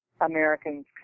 Americans